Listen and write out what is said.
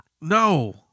No